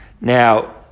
now